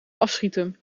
afschieten